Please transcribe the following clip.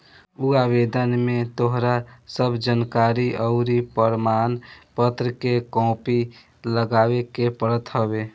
उ आवेदन में तोहार सब जानकरी अउरी प्रमाण पत्र के कॉपी लगावे के पड़त हवे